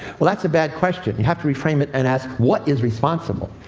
well, that's a bad question. you have to reframe it and ask, what is responsible?